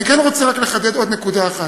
אני כן רוצה רק לחדד עוד נקודה אחת.